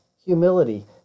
humility